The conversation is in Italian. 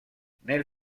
nel